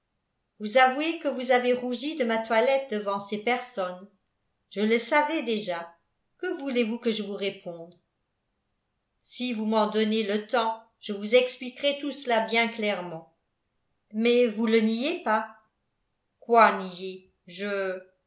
vous avouez que vous avez rougi de ma toilette devant ces personnes je le savais déjà que voulez-vous que je vous réponde si vous m'en donnez le temps je vous expliquerai tout cela bien clairement mais vous le niez pas quoi nier je